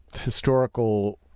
historical